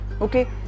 Okay